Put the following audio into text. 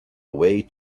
away